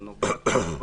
והוא נוגע בבריאות,